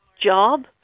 job